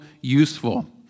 useful